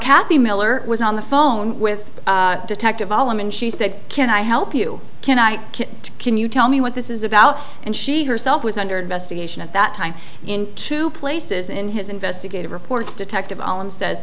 kathy miller was on the phone with detective allam and she said can i help you can i can you tell me what this is about and she herself was under investigation at that time in two places in his investigative reports detective allen says